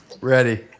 Ready